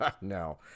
no